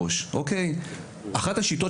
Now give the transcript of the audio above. יושב ראש ועדת החינוך,